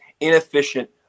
inefficient